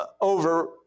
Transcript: over